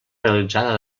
realitzada